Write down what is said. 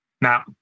Now